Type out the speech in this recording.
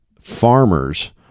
farmers